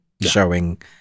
showing